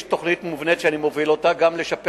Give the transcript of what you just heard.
יש תוכנית מובנית שאני מוביל אותה גם לשפר